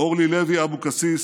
אורלי לוי אבוקסיס,